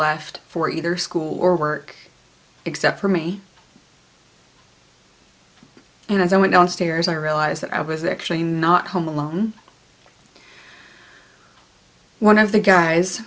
left for either school or work except for me and as i went downstairs i realized that i was actually not home alone one of the guys